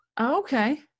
Okay